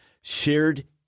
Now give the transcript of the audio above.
shared